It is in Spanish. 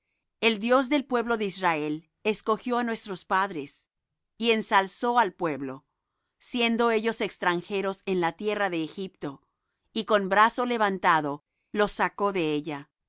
el dios del pueblo de israel escogió á nuestros padres y ensalzó al pueblo siendo ellos extranjeros en la tierra de egipto y con brazo levantado los sacó de ella